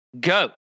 go